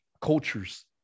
cultures